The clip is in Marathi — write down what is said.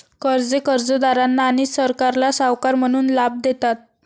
कर्जे कर्जदारांना आणि सरकारला सावकार म्हणून लाभ देतात